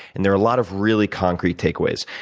and there are a lot of really concrete takeaways.